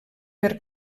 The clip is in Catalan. per